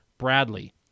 Bradley